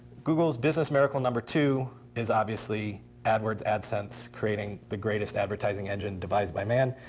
google's business miracle number two is obviously adwords, adsense, creating the greatest advertising engine devised by man.